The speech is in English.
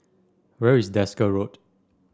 where is Desker Road